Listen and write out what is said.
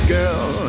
Girl